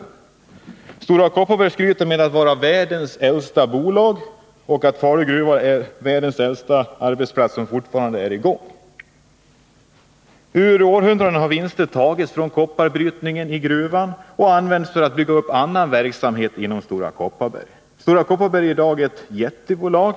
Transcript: För det andra: Stora Kopparberg skryter med att vara världens äldsta bolag och att Falu gruva är världens äldsta arbetsplats som fortfarande är i gång. Under århundradena har vinster tagits från kopparbrytningen i gruvan och använts för att bygga upp annan verksamhet inom Stora Kopparberg. Stora Kopparberg är ett jättebolag.